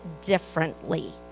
differently